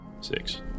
six